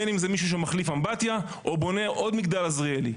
בין אם זה מישהו שמחליף אמבטיה או בונה עוד מגדל עזריאלי,